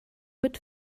mit